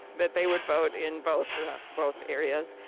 that they would vote in both both areas.